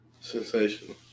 Sensational